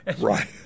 right